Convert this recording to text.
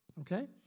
Okay